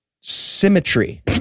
symmetry